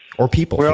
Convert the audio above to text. or people,